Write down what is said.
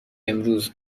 امروز